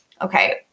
okay